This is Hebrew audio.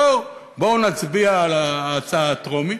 בואו נצביע על ההצעה הטרומית,